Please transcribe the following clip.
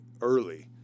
early